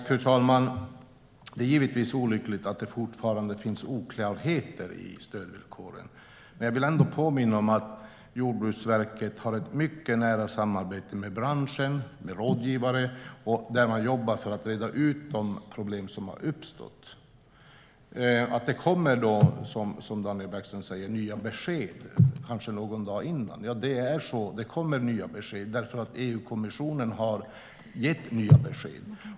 Fru talman! Det är givetvis olyckligt att det fortfarande finns oklarheter i stödvillkoren. Men jag vill påminna om att Jordbruksverket har ett mycket nära samarbete med branschen, med rådgivare, och att de jobbar med att reda ut de problem som har uppstått. Daniel Bäckström säger att det kommer nya besked, kanske någon dag innan. Ja, det kommer nya besked, därför att EU-kommissionen har gett nya besked.